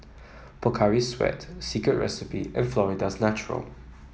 Pocari Sweat Secret Recipe and Florida's Natural